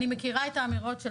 אני מכירה את האמירות של